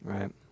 Right